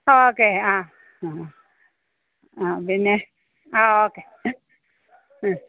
okay ആ ആ പിന്നെ ആ ഓക്കെ